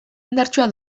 indartsua